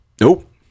Nope